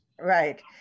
Right